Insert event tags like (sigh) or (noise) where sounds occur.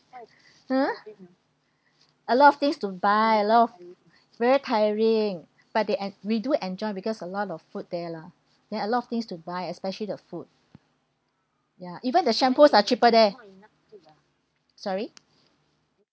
!huh! (breath) a lot of things to buy a lot of very tiring but they en~ we do enjoy because a lot of food there lah then a lot of things to buy especially the food ya even the shampoos are cheaper there sorry